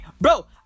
Bro